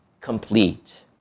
complete